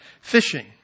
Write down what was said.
fishing